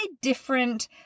different